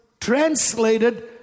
translated